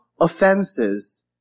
offenses